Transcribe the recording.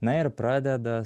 na ir pradeda